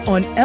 on